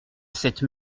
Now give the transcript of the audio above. cette